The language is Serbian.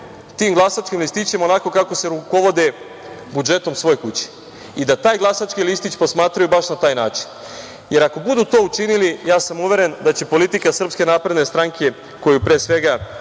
tim glasačkim listićima onako kako se rukovode budžetom svoje kuće i da taj glasački listić posmatraju baš na taj način, jer ako to budu učinili, ja sam uveren da će politika SNS, koju pre svega